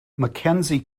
mackenzie